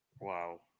Wow